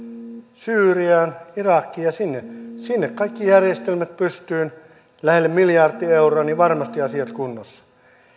syyriaan irakiin ja sinne sinne kaikki järjestelmät pystyyn lähelle miljardi euroa niin varmasti ovat asiat kunnossa